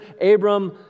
Abram